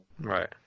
Right